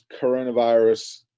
coronavirus